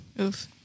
Oof